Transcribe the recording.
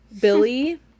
billy